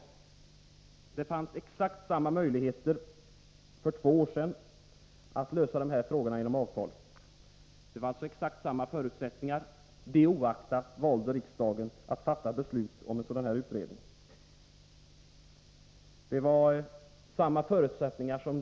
Men det fanns exakt samma möjlighet att lösa dem genom avtal för två år sedan. Det var exakt samma förutsättningar. Det oaktat valde riksdagen att fatta beslut om att en utredning skulle göras.